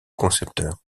concepteur